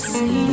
see